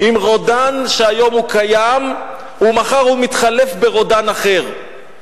עם רודן שהיום הוא קיים ומחר הוא מתחלף ברודן אחר.